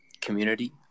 community